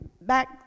back